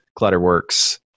Clutterworks